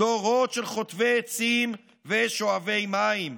דורות של חוטבי עצים ושואבי מים,